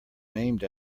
named